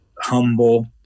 humble